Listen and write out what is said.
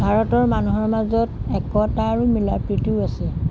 ভাৰতৰ মানুহৰ মাজত একতা আৰু মিলাপ্ৰীতিও আছে